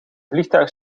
vliegtuig